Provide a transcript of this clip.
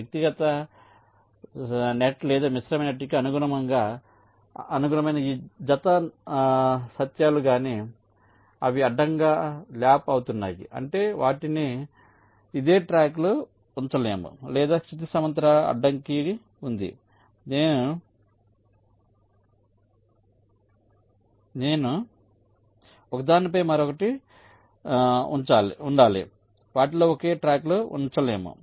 వ్యక్తిగత నెట్ లేదా మిశ్రమ నెట్కి అనుగుణమైన ఈ జత సత్యాలు గాని అవి అడ్డంగా ల్యాప్ అవుతున్నాయి అంటే వాటిని ఇదే ట్రాక్లో ఉంచలేము లేదా క్షితిజ సమాంతర అడ్డంకి ఉంది నేను ఒకదానిపై మరొకటి ఉంచాలి వాటిని ఒకే ట్రాక్లో ఉంచలేము